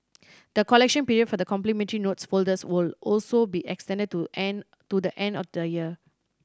the collection period for the complimentary notes folders will also be extended to end to the end of the year